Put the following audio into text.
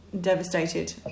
devastated